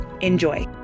Enjoy